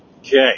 Okay